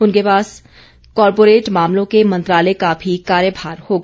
उनके पास कॉरपोरेट मामलों के मंत्रालय का भी कार्यभार होगा